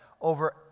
over